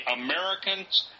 Americans